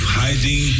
hiding